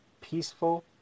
peaceful